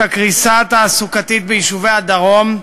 את הקריסה התעסוקתית ביישובי הדרום.